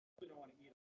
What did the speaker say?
we want to get